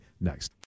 next